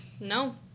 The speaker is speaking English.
No